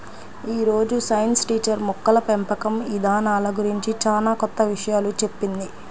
యీ రోజు science teacher మొక్కల పెంపకం ఇదానాల గురించి చానా కొత్త విషయాలు చెప్పింది